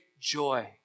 joy